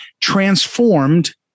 transformed